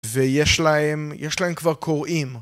ויש להם... יש להם כבר קוראים.